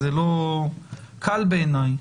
זה לא קל בעיני.